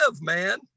man